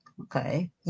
Okay